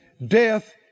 Death